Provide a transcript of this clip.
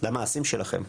למעשים שלכם.